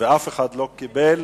ואף אחד לא קיבל